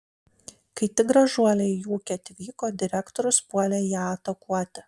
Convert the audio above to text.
kai tik gražuolė į ūkį atvyko direktorius puolė ją atakuoti